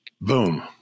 boom